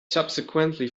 subsequently